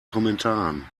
kommentaren